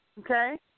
Okay